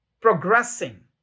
progressing